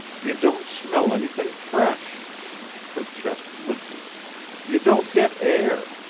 you don't smell anything fresh her chest lifted you don't get air.